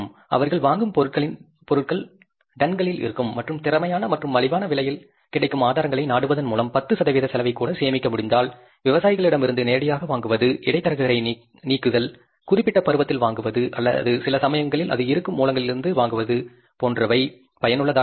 அவர்கள் வாங்கும் பொருட்களின் டன்களில் இருக்கும் மற்றும் திறமையான மற்றும் மலிவான விலையில் கிடைக்கும் ஆதாரங்களை நாடுவதன் மூலம் 10 சதவீத செலவைக் கூட சேமிக்க முடிந்தால் விவசாயிகளிடமிருந்து நேரடியாக வாங்குவது இடைத்தரகரை நீக்குதல் குறிப்பிட்ட பருவத்தில் வாங்குவது அல்லது சில சமயங்களில் அது இருக்கும் மூலங்களிலிருந்து வாங்குவது போன்றவை பயனுள்ளதாக இருக்கும்